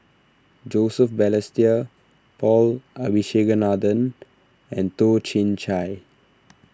Joseph Balestier Paul Abisheganaden and Toh Chin Chye